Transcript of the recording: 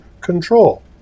control